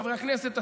חברי הכנסת,